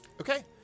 Okay